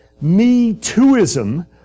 me-tooism